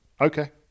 okay